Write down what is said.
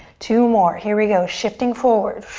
two more, here we go, shifting forward.